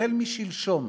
החל משלשום,